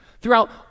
throughout